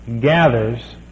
gathers